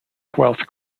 twelfth